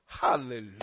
Hallelujah